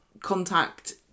contact